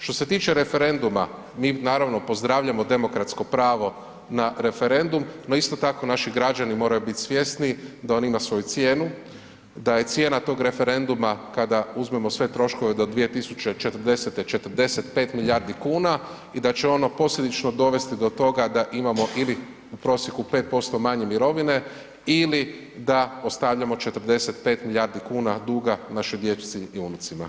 Što se tiče referenduma, mi naravno pozdravljamo demokratsko pravo na referendum, no isto tako naši građani moraju biti svjesni da ono ima svoju cijenu, da je cijena tog referenduma kada uzmemo sve troškove do 2040. 45 milijardi kuna i da će ono posljedično dovesti do toga da imamo ili u prosjeku 5% manje mirovine ili da ostavljamo 45 milijardi kuna našoj dječici i unucima.